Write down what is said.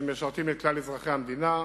שמשרתים את כלל אזרחי המדינה,